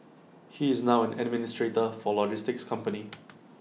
he is now an administrator for A logistics company